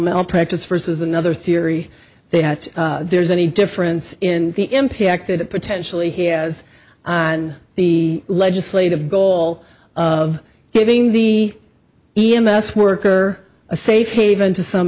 malpractise versus another theory they have there's any difference in the impact that it potentially has on the legislative goal of giving the e m s worker a safe haven to some